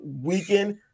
weekend